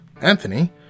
Anthony